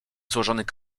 złożonych